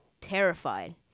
terrified